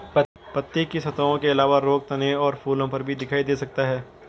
पत्ती की सतहों के अलावा रोग तने और फूलों पर भी दिखाई दे सकता है